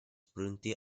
prunti